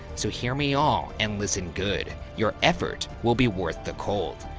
so hear me all and listen good, your effort will be worth the cold.